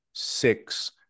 six